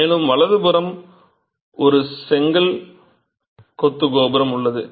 மேலும் வலதுபுறம் ஒரு செங்கல் கொத்து கோபுரம் உள்ளது